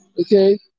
okay